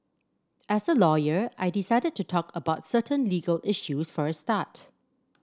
as a lawyer I decided to talk about certain legal issues for a start